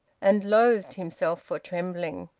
and loathed himself for trembling.